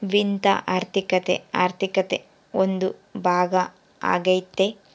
ವಿತ್ತ ಆರ್ಥಿಕತೆ ಆರ್ಥಿಕತೆ ಒಂದು ಭಾಗ ಆಗ್ಯತೆ